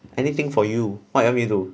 anything for you what you mean to